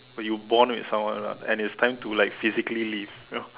when you bond with someone lah and it's time to like physically leave you know